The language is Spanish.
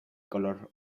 color